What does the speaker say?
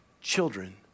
children